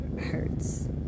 Hurts